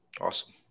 Awesome